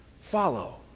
follow